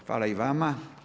Hvala i vama.